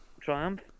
triumph